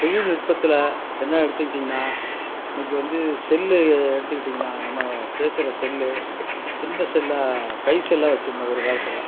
தொழில்நுட்பத்தில் என்னை எடுத்துக்கிட்டீங்கனா இன்றைக்கி வந்து செல்லு எடுத்துக்கிட்டீங்கனா நம்ம பேசுகிற செல்லு சின்ன செல்லா கை செல்லா வச்சுருந்தோம் ஒரு காலத்தில்